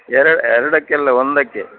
ಎರಡು ಎರಡಕ್ಕೆಲ್ಲ ಒಂದಕ್ಕೆ